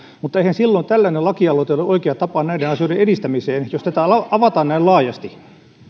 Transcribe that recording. mutta eihän silloin tällainen lakialoite ole oikea tapa näiden asioiden edistämiseen jos tätä avataan näin laajasti